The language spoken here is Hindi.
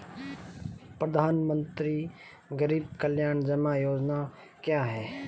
प्रधानमंत्री गरीब कल्याण जमा योजना क्या है?